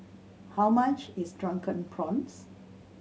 how much is Drunken Prawns